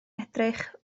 edrych